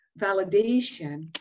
validation